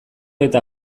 eta